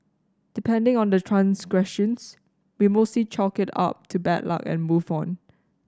depending on the transgressions we mostly chalk it up to bad luck and move on